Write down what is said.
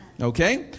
Okay